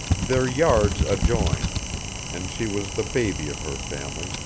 their yards adjoined and she was the baby of her family,